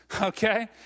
Okay